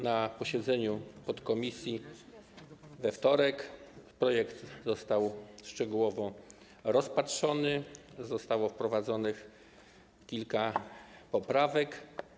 Na posiedzeniu podkomisji we wtorek projekt został szczegółowo rozpatrzony, zostało wprowadzonych kilka poprawek.